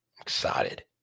excited